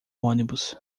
ônibus